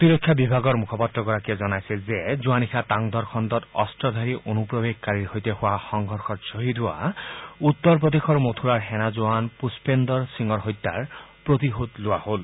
প্ৰতিৰক্ষা বিভাগৰ মুখপাত্ৰগৰাকীয়ে জনাইছে যে যোৱা নিশা তাংধৰ খণ্ডত অস্ত্ৰধাৰী অনুপ্ৰৱেশকাৰী সৈতে হোৱা সংঘৰ্ষত শ্বহীদ হোৱা উত্তৰ প্ৰদেশৰ মথুৰাৰ সেনা জোৱান পুষ্পেন্দৰ সিঙৰ হত্যাৰ প্ৰতিশোধ লোৱা হল